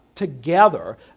together